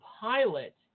pilot